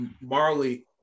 Marley